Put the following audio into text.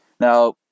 now